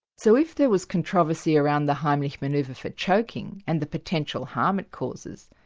so if there was controversy around the heimlich manoeuvre for choking and the potential harm it causes,